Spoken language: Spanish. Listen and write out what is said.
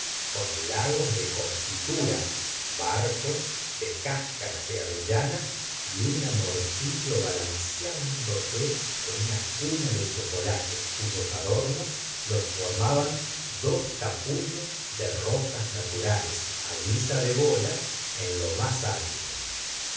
con lagos de confitura barcos de cáscaras de avellana y un amorcillo balanceándose en una cuna de chocolate cuyos adornos los formaban dos capullos de rosas naturales guisa de bolas en lo más alto